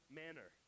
manner